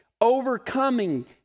overcoming